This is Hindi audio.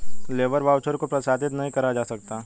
लेबर वाउचर को प्रसारित नहीं करा जा सकता